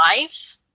life